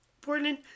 Portland